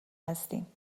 هستیم